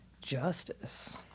justice